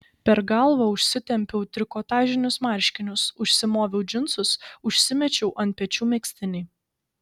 per galvą užsitempiau trikotažinius marškinius užsimoviau džinsus užsimečiau ant pečių megztinį